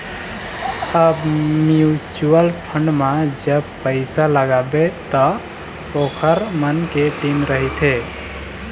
अब mutual fund म जब पइसा लगाबे त ओखर मन के टीम रहिथे